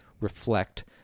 reflect